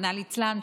רחמנא ליצלן,